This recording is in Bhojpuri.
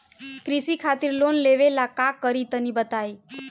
कृषि खातिर लोन मिले ला का करि तनि बताई?